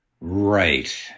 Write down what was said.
Right